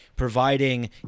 Providing